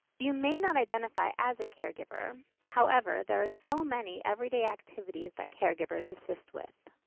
you may not identify as a caregiver, however, there are so many everyday activities that caregivers assist with.